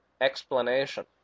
explanation